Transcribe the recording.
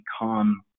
become